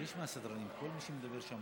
אני מבקש מהסדרנים שכל מי שמדבר שם,